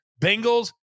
Bengals